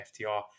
FTR